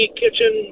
kitchen